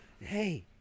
hey